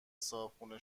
صاحبخونه